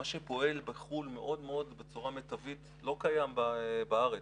מה שפועל בחו"ל בצורה מאוד מאוד מיטבית לא קיים בארץ,